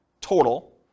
total